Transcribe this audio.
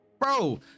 Bro